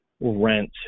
rent